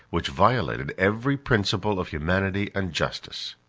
which violated every principal of humanity and justice.